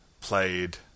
played